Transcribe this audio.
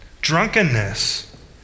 Drunkenness